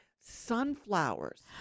Sunflowers